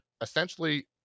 essentially